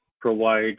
provide